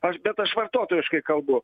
aš bet aš vartotojiškai kalbu